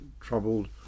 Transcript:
troubled